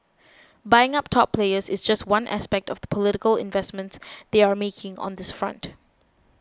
buying up top players is just one aspect of the political investments they are making on this front